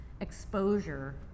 exposure